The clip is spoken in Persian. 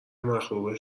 مخروبه